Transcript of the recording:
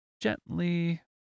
gently